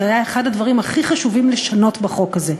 זה היה אחד הדברים הכי חשובים ששונו בחוק הזה.